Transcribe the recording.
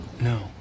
No